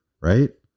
right